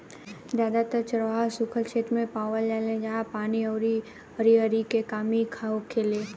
जादातर चरवाह सुखल क्षेत्र मे पावल जाले जाहा पानी अउरी हरिहरी के कमी होखेला